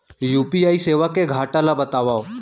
UPI सेवा के घाटा ल बतावव?